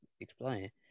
Explain